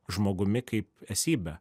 žmogumi kaip esybe